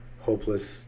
hopeless